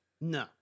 No